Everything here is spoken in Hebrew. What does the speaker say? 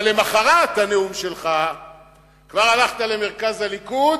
אבל למחרת הנאום שלך כבר הלכת למרכז הליכוד